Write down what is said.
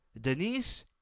Denise